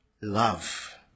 love